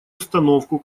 установку